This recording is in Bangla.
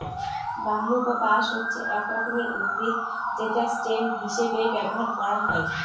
ব্যাম্বু বা বাঁশ হচ্ছে এক রকমের উদ্ভিদ যেটা স্টেম হিসেবে ব্যবহার করা হয়